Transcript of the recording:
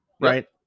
right